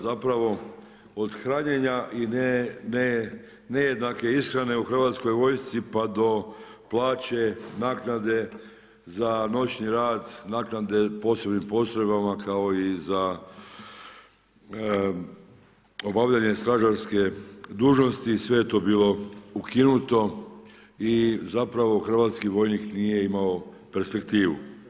Zapravo od hranjenja i nejednake ishrane u hrvatskoj vojsci pa do plaće, naknade za noćni rad, naknade posebnim postrojbama kao i za obavljanje stražarske dužnosti, sve je to bilo ukinuto i hrvatski vojnik nije imao perspektivu.